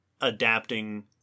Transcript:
adapting